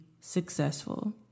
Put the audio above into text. successful